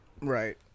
Right